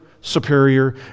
superior